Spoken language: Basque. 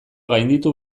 gainditu